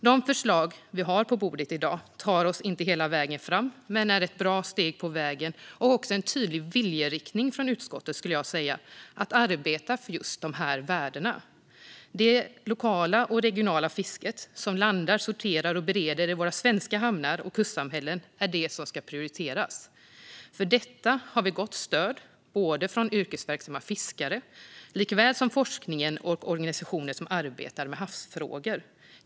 De förslag vi har på bordet i dag tar oss inte hela vägen fram, men de är ett bra steg på vägen. De är också en tydlig viljeriktning från utskottet om att arbeta för just de här värdena. Det är det lokala och regionala fisket, som landar, sorterar och bereder i våra svenska hamnar och kustsamhällen, som ska prioriteras. För detta har vi gott stöd från såväl yrkesverksamma fiskare som forskningen och organisationer som arbetar med havsfrågor.